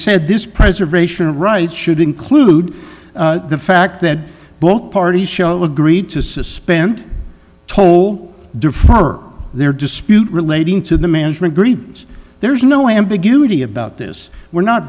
said this preservation of rights should include the fact that both parties shell agreed to suspend told defer their dispute relating to the management greens there's no ambiguity about this we're not